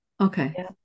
Okay